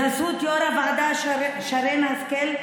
בחסות יו"ר הוועדה שרן השכל,